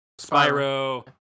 Spyro